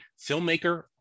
filmmaker